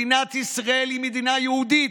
מדינת ישראל היא מדינה יהודית,